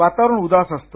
वातावरण उदास असते